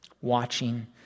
watching